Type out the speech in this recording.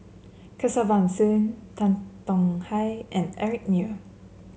Kesavan Soon Tan Tong Hye and Eric Neo